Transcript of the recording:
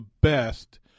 best